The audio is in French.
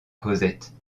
cosette